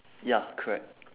ya correct